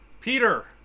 Peter